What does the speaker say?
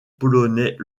polonais